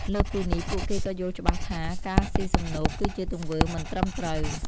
លើសពីនេះ ពួកគេក៏យល់ច្បាស់ថា ការស៊ីសំណូកគឺជាទង្វើមិនត្រឹមត្រូវ។